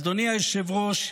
אדוני היושב-ראש,